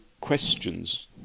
questions